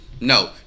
No